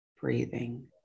Breathing